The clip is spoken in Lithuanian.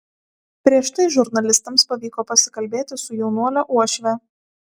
prieš tai žurnalistams pavyko pasikalbėti su jaunuolio uošve